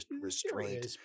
restraint